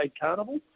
carnival